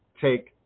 take